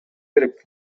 керек